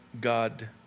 God